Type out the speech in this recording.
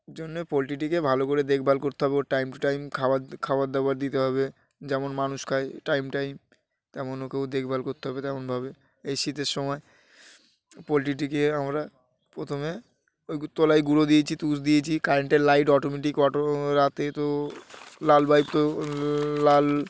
এই জন্যে পোলট্রিটিকে ভালো করে দেখভাল করতে হবে ওর টাইম টু টাইম খাবার খাবার দাবার দিতে হবে যেমন মানুষ খায় টাইম টাইম তেমন ওকেও দেখভাল করতে হবে তেমনভাবে এই শীতের সময় পোলট্রিটিকে আমরা প্রথমে ওই তলায় গুঁড়ো দিয়েছি তুষ দিয়েছি কারেন্টের লাইট অটোমেটিক অটো রাতে তো লাল বাইপ তো লাল